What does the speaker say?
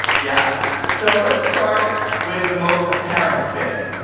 yeah so let's start with the most apparent bit.